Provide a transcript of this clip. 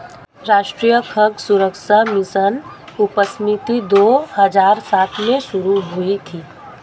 राष्ट्रीय खाद्य सुरक्षा मिशन उपसमिति दो हजार सात में शुरू हुई थी